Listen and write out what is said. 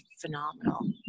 phenomenal